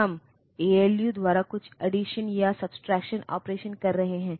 तो जब हम ऐएलयू द्वारा कुछ अड्डीसन या सबस्ट्रक्शन ऑपरेशन कर रहे हैं